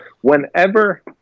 whenever